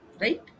Right